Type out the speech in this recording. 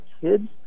kids